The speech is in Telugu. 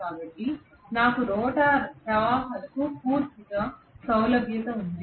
కాబట్టి నాకు రోటర్ ప్రవాహాలకు పూర్తి ప్రాప్యత ఉంది